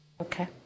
okay